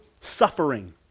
suffering